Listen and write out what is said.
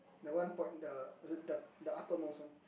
the one point the the the upper nose one